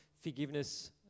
forgiveness